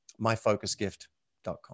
myfocusgift.com